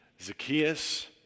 Zacchaeus